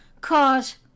cause